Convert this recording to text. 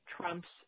trumps